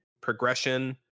progression